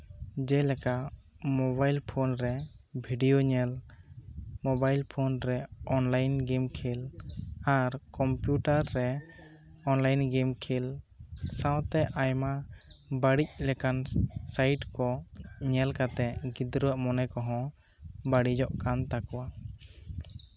ᱡᱮᱞᱮᱠᱟ mobile phone ᱨᱮ video ᱧᱮᱞ ᱢᱳᱵᱟᱭᱤᱞ ᱯᱷᱳᱱ ᱨᱮ ᱚᱱᱞᱟᱭᱤᱱ ᱜᱮᱢ ᱠᱷᱮᱹᱞ ᱟᱨ ᱠᱚᱢᱯᱤᱭᱩᱴᱟᱨ ᱨᱮ ᱚᱱᱞᱟᱭᱤᱱ ᱜᱮᱢ ᱠᱷᱮᱹᱞ ᱥᱟᱶᱛᱮ ᱟᱭᱢᱟ ᱵᱟ ᱲᱤᱡ ᱞᱮᱠᱟᱱ ᱥᱟᱭᱤᱰ ᱠᱚ ᱧᱮᱞ ᱠᱟᱛᱮ ᱜᱤᱫᱽᱨᱟᱹᱣᱟᱜ ᱢᱚᱱᱮ ᱠᱚᱦᱚᱸ ᱵᱟ ᱲᱤᱡᱚᱜ ᱠᱟᱱ ᱛᱟᱠᱚᱣᱟ